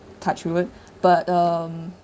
touch wood but um